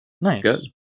Nice